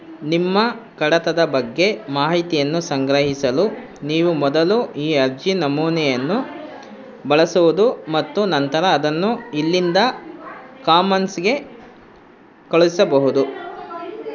ನಿಮ್ಮ ಕಡತದ ಬಗ್ಗೆ ಮಾಹಿತಿಯನ್ನು ಸಂಗ್ರಹಿಸಲು ನೀವು ಮೊದಲು ಈ ಅರ್ಜಿ ನಮೂನೆಯನ್ನು ಬಳಸುವುದು ಮತ್ತು ನಂತರ ಅದನ್ನು ಇಲ್ಲಿಂದ ಕಾಮನ್ಸ್ಗೆ ಕಳುಹಿಸಬಹುದು